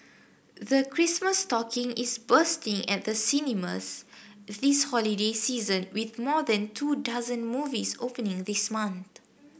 the Christmas stocking is bursting at the cinemas this holiday season with more than two dozen movies opening this month